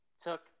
took